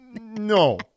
No